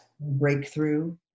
breakthrough